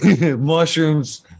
mushrooms